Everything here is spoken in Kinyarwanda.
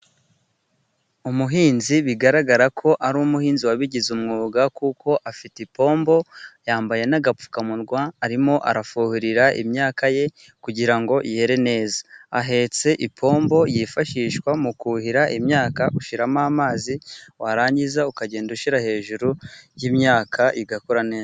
Umuhinzi bigaragara ko ari umuhinzi wabigize umwuga kuko afite ipombo yambaye n'agapfukamunwa arimo arafuhirira imyaka ye kugira ngo yere neza. Ahetse ipombo yifashishwa mu kuhira imyaka ushiramo amazi warangiza ukagenda ushyira hejuru y'imyaka igakura neza.